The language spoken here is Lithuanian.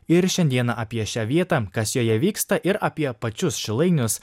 ir šiandieną apie šią vietą kas joje vyksta ir apie pačius šilainius